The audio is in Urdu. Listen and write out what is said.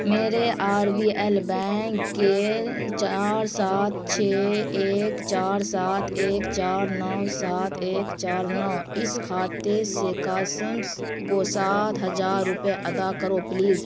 میرے آر بی ایل بینک کے چار سات چھ ایک چار سات ایک چار نو سات ایک چار نو اس کھاتے سے قاسمس کو سات ہجار روپے ادا کرو پلیز